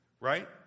right